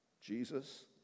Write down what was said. Jesus